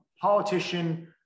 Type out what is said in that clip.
politician